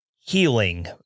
healing